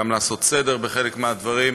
גם לעשות סדר בחלק מהדברים,